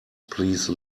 please